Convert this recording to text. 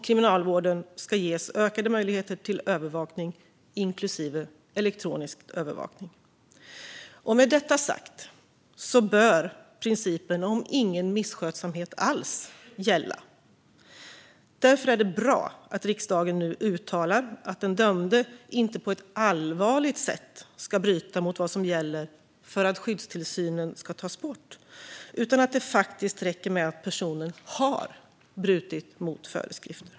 Kriminalvården ska ges ökade möjligheter till övervakning, inklusive elektronisk övervakning. Med detta sagt bör principen om ingen misskötsamhet alls gälla. Därför är det bra att riksdagen nu uttalar att den dömde inte ska bryta på ett allvarligt sätt mot det som gäller för att skyddstillsynen ska tas bort. Det ska räcka med att personen har brutit mot föreskrifter.